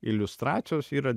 iliustracijos yra